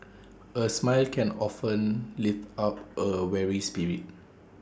A smile can often lift up A weary spirit